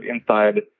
inside